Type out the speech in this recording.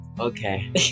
Okay